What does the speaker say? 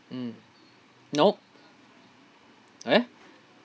mm no eh